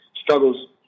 struggles